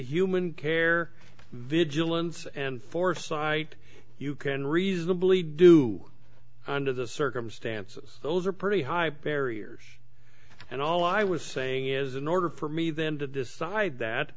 human care vigilance and foresight you can reasonably do under the circumstances those are pretty high barriers and all i was saying is in order for me then to decide that